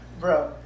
Bro